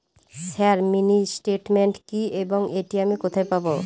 Sir mini statement কি এবং এটি আমি কোথায় পাবো?